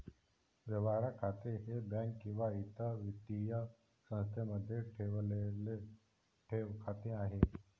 व्यवहार खाते हे बँक किंवा इतर वित्तीय संस्थेमध्ये ठेवलेले ठेव खाते आहे